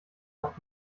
auf